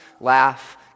laugh